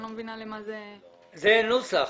זה נוסח.